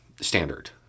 standard